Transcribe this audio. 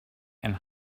and